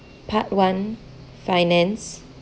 part one finance